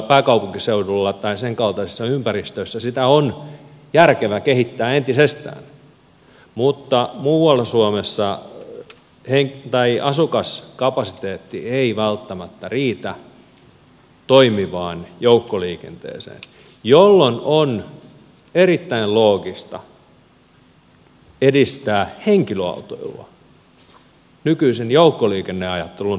pääkaupunkiseudulla tai sen kaltaisissa ympäristöissä sitä on järkevä kehittää entisestään mutta muualla suomessa asukaskapasiteetti ei välttämättä riitä toimivaan joukkoliikenteeseen jolloin on erittäin loogista edistää henkilöautoilua nykyisen joukkoliikenneajattelun sijasta